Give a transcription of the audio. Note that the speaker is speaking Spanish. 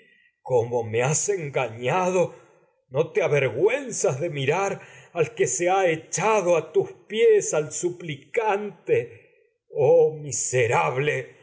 cómo me has engañado echado a no te avergüenzas al de mirar al que se ha tus pies co suplicante oh miserable